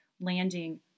landing